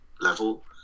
level